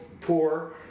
poor